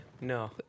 no